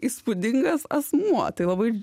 įspūdingas asmuo tai labai